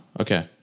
Okay